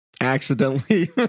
accidentally